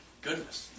goodness